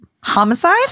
homicide